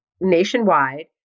nationwide